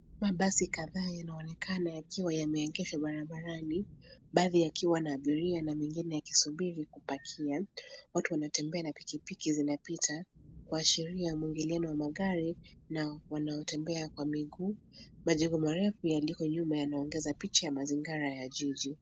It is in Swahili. Mabasi kadhaa yanaonekana yakiwa yameegeshwa barabarani baadhi yakiwa na abiria na mengine yakisubiri kupakia. Watu wanatembea na pikipiki zinapita kuashiria muingiliano wa magari na wanaotembea kwa miguu. Majengo marefu yaliko nyuma yanaongeza picha ya mazingara ya jiji.